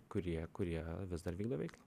kurie kurie vis dar vykdo veiklą